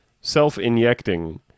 self-injecting